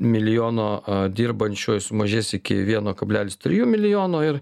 milijono a dirbančiojo sumažės iki vieno kablelis trujų milijono ir